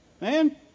Man